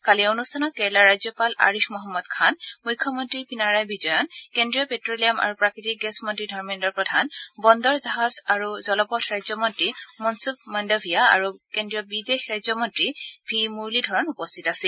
কালিৰ অনুষ্ঠানত কেৰালাৰ ৰাজ্যপাল আৰিফ মহম্মদ খান মুখ্যমন্ত্ৰী পিনাৰাই বিজয়ন কেন্দ্ৰীয় প্টেলিয়াম আৰু প্ৰাকৃতিক গেছ মন্ত্ৰী ধৰ্মেদ্ৰ প্ৰধান বন্দৰ জাহাজ আৰু জলপথ ৰাজ্যমন্ত্ৰী মনচূফ মাণুভিয়া আৰু কেন্দ্ৰীয় বিদেশ ৰাজ্যমন্ত্ৰী ভি মুৰুলীধৰণ উপস্থিত আছিল